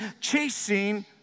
chasing